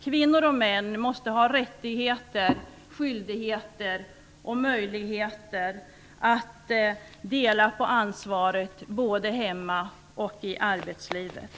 Kvinnor och män måste ha rättigheter, skyldigheter och möjligheter att dela på ansvaret både hemma och i arbetslivet.